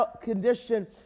condition